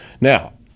Now